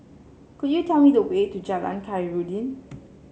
could you tell me the way to Jalan Khairuddin